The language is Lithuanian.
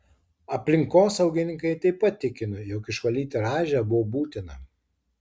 aplinkosaugininkai taip pat tikino jog išvalyti rąžę buvo būtina